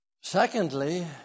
Secondly